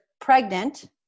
pregnant